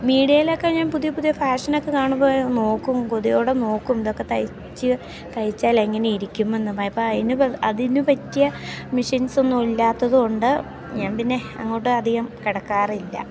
മീഡ്യേലക്കെ ഞാൻ പുതിയ പുതിയ ഫാഷനക്കെ കാണുമ്പം നോക്കും കൊതിയോടെ നോക്കും ഇതക്കെ തയ്ച്ച് തയ്ച്ചാൽ എങ്ങനെ ഇരിക്കുമെന്ന് ബയ്പ്പാ അതിന് അതിന് പറ്റിയ മെഷീൻസ്സൊന്നുവില്ലാത്തത് കൊണ്ട് ഞാൻ പിന്നെ അങ്ങോട്ട് അധികം കടക്കാറില്ല